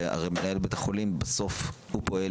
שהרי מנהל בית החולים בסוף הוא פועל